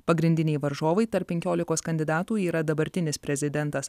pagrindiniai varžovai tarp penkiolikos kandidatų yra dabartinis prezidentas